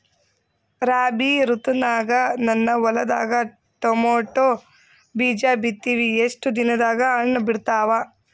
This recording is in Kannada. ರಾಬಿ ಋತುನಾಗ ನನ್ನ ಹೊಲದಾಗ ಟೊಮೇಟೊ ಬೀಜ ಬಿತ್ತಿವಿ, ಎಷ್ಟು ದಿನದಾಗ ಹಣ್ಣ ಬಿಡ್ತಾವ?